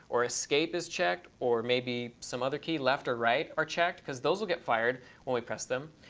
or escape is checked, or maybe some other key, left or right, are checked, because those will get fired when we press them.